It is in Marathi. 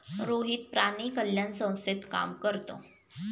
रोहित प्राणी कल्याण संस्थेत काम करतो